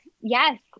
Yes